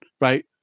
right